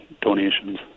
donations